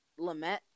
Lamette